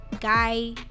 guy